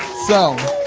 so,